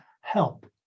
help